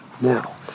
Now